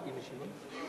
היא משיבה?